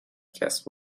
کسب